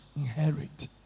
inherit